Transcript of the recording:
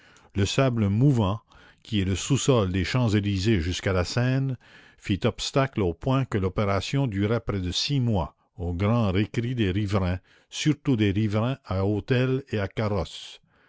le sable mouvant qui est le sous-sol des champs-élysées jusqu'à la seine fit obstacle au point que l'opération dura près de six mois au grand récri des riverains surtout des riverains à hôtels et à carrosses